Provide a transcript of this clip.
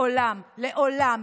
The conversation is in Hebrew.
לעולם,